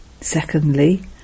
secondly